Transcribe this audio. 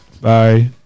Bye